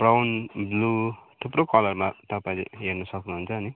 brown blue थुप्रो कलरमा तपाईँले हेर्नु सक्नु हुन्छ नि